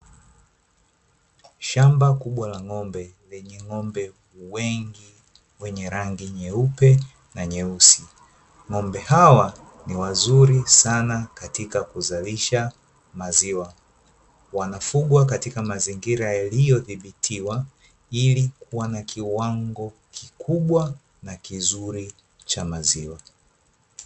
Shamba kubwa la ng'ombe lenye ng'ombe wengi wenye rangi nyeupe na nyeusi. Ng'ombe hawa ni wazuri sana katika kuzalisha maziwa wanafugwa katika mazingira yaliyo dhibitiwa ilikuwa na kiwango kikubwa na kizuri cha maziwa.